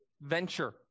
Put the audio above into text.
venture